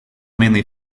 mainly